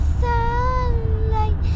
sunlight